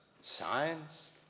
science